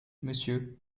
monsieur